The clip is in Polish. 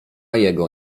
jego